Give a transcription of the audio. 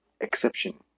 exception